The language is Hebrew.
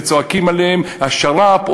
וצועקים עליהם: השר"פ,